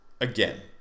again